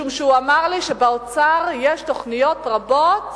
משום שהוא אמר לי שבאוצר יש תוכניות רבות